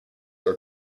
are